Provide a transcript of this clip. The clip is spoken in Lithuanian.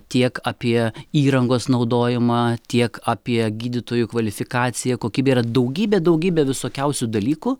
tiek apie įrangos naudojimą tiek apie gydytojų kvalifikaciją kokybę yra daugybė daugybė visokiausių dalykų